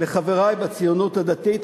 לחברי בציונות הדתית,